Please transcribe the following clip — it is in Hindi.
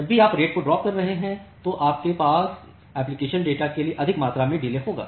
जब भी आप रेट को ड्राप कर रहे हैं तो आपके पास एप्लिकेशन डेटा के लिए अधिक मात्रा में डिले होगा